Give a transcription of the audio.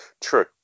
true